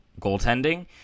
goaltending